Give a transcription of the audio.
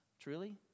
truly